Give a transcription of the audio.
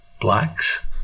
blacks